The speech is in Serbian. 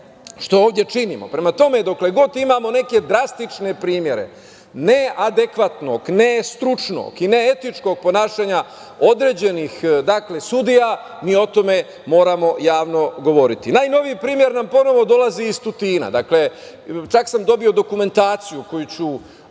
što ovde činimo. Prema tome, dokle god imamo neke drastične primere neadekvatnog, nestručnog i neetičkog ponašanja određenih sudija mi o tome moramo javno govoriti. Najnoviji primer nam ponovo dolazi iz Tutina, dakle, čak sam dobio dokumentaciju koju ću,